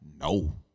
no